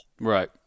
Right